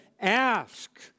Ask